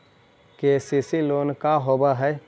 KCC loan का होब हइ?